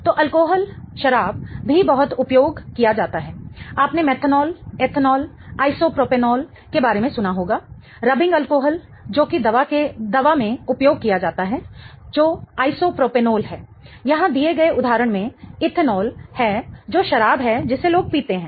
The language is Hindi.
तो अल्कोहल शराब भी बहुत उपयोग किया जाता है आपने मेथनॉल इथेनॉल आइसोप्रोपैनोल के बारे में सुना होगा रबिंग अल्कोहल जो कि दवा में उपयोग किया जाता है जो आइसोप्रोपैनोल है यहाँ दिए गए उदाहरण में इथेनॉल है जो शराब है जिसे लोग पीते हैं